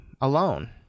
alone